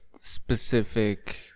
specific